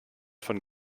von